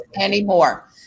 anymore